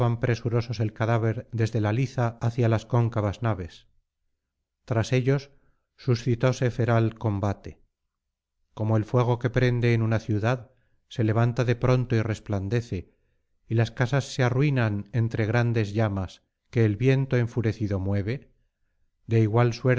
presurosos el cadáver desde la liza hacia las cóncavas naves tras ellos suscitóse feral combate como el fuego que prende en una ciudad se levanta de pronto y resplandece y las casas se arruinan entre grandes llamas que el viento enfurecido mueve de igual